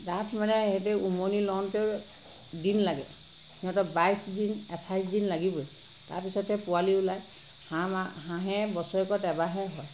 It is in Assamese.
ডাঠ মানে সিহঁতে উমনি লওঁতেও দিন লাগে সিহঁতৰ বাইছ দিন আঠাইছ দিন লাগিবই তাৰপাছতে পোৱালি ওলাই হাঁহ মা হাঁহে বছৰেকত এবাৰ হে হয়